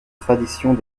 traditions